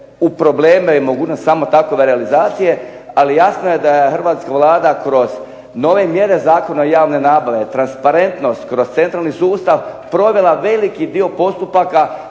u probleme i mogućnost samo takve realizacije. Ali jasno je da je hrvatska Vlada kroz nove mjere Zakona o javnoj nabavi, transparentnost, kroz centralni sustav provela veliki dio postupaka